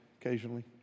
occasionally